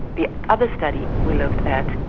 the other study we looked at,